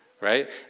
right